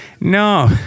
no